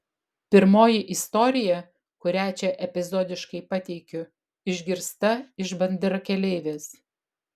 pirmoji istorija kurią čia epizodiškai pateikiu išgirsta iš bendrakeleivės